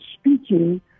speaking